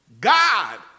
God